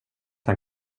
han